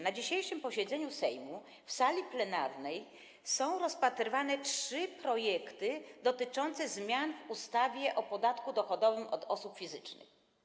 Na dzisiejszym posiedzeniu Sejmu na sali plenarnej są rozpatrywane trzy projekty dotyczące zmian w ustawie o podatku dochodowym od osób fizycznych.